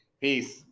peace